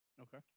Okay